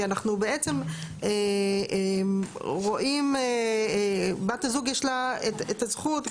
כי אנחנו בעצם רואים בת הזוג יש לה את הזכות,